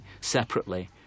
separately